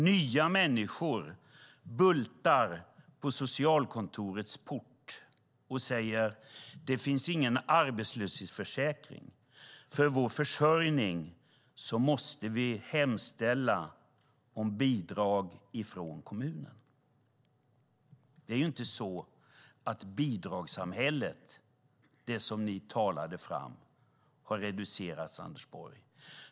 Nya människor bultar på socialkontorets port och säger: Det finns ingen arbetslöshetsförsäkring. För vår försörjning måste vi hemställa om bidrag från kommunen. Det bidragssamhälle som ni talade om har inte reducerats, Anders Borg.